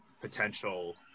potential